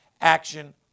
action